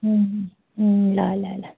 ल ल ल